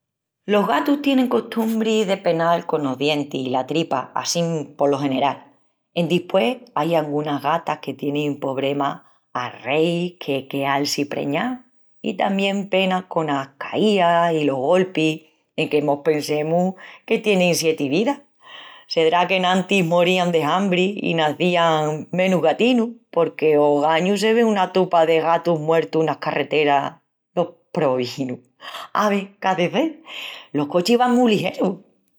Los gatus tienin costumbri de penal conos dientis i la tripa assín polo general. Endispués ain angunas gatas que tienin pobrema a reís de queal-si preñás i tamién penan conas caías i los golpis, enque mos pensemus que tienin sieti vidas. Sedrá qu'enantis morían de hambri i nacían menus gatinus, porque ogañu se ven una tupa de gatus muertus enas carreteras. Los probinus! Ave, cadacé! Los cochis van mu ligerus!